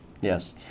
Yes